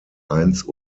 eins